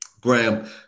Graham